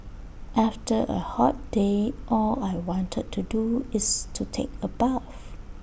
after A hot day all I want to do is take A bath